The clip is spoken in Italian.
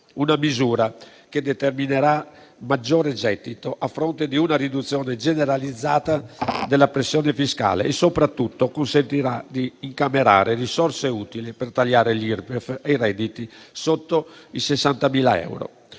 La misura determinerà maggiore gettito a fronte di una riduzione generalizzata della pressione fiscale e, soprattutto, consentirà di incamerare risorse utili per tagliare l'Irpef ai redditi sotto i 60.000 euro.